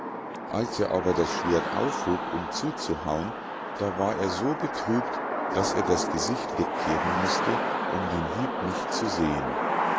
als er aber das schwert aufhob um zuzuhauen da war er so betrübt daß er das gesicht wegkehren mußte um den hieb nicht zu sehen